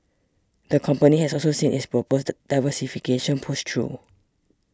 the company has also seen its proposed diversification pushed through